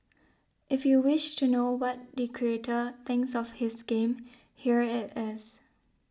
if you wish to know what the creator thinks of his game here it is